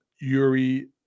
Yuri